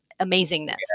amazingness